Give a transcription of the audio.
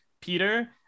peter